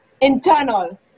Internal